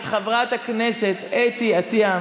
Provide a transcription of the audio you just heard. את חברת הכנסת אתי עטייה,